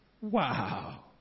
Wow